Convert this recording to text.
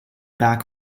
back